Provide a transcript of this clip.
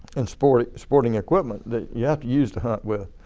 and sporting sporting equipment that you have to use to hunt with.